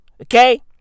Okay